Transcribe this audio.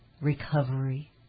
recovery